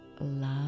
love